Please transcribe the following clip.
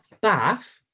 Bath